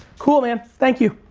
cool man, thank you.